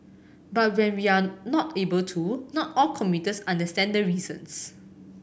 but when we are not able to not all commuters understand the reasons